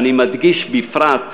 ואני מדגיש: בפרט,